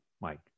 Mike